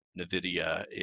NVIDIA